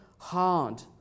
hard